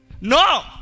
No